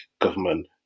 government